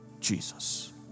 Jesus